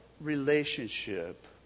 relationship